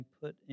put